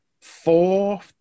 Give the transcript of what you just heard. four